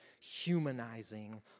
humanizing